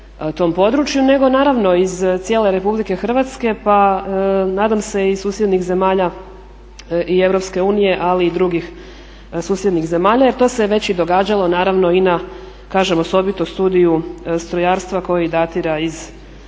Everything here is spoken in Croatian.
tom području nego naravno iz cijele Republike Hrvatske pa nadam se i susjednih zemalja i Europske unije ali i drugih susjednih zemalja. Jer to se je već događalo naravno i na, kažem osobito studiju strojarstva koji datira iz '50.-ih